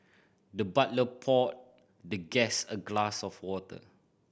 the butler poured the guest a glass of water